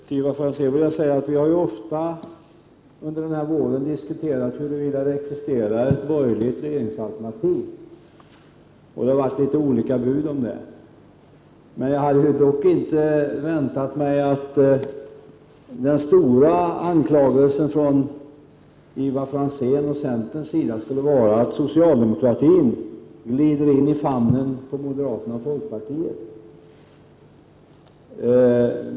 Herr talman! Jag vill till Ivar Franzén säga att vi under denna vår ofta har diskuterat huruvida det existerar ett borgerligt regeringsalternativ. Det har varit litet olika bud om det. Jag hade dock inte väntat mig att den stora anklagelsen från Ivar Franzéns och centerns sida skulle vara att socialdemokratin glider in i famnen på moderaterna och folkpartisterna.